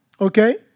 Okay